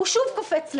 הוא שוב קופץ למעלה.